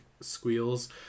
squeals